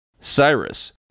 Cyrus